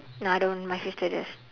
no I don't my sister does